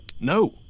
No